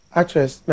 actress